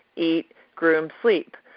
eat, groom, sleep.